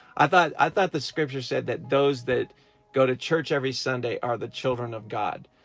i thought i thought the scripture said that those that go to church every sunday are the children of god.